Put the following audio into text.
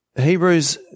Hebrews